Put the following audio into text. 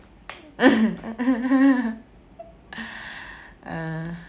uh